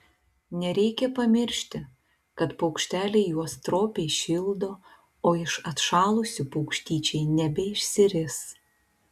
nereikia pamiršti kad paukšteliai juos stropiai šildo o iš atšalusių paukštyčiai nebeišsiris